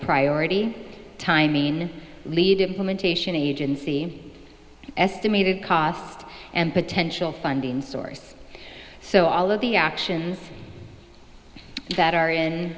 priority timing lead implementation agency estimated cost and potential funding source so all of the actions that are in